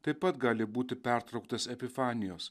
taip pat gali būti pertrauktas epifanijos